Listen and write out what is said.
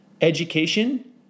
education